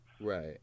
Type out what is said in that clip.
Right